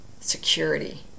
security